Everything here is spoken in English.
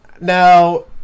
Now